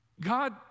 God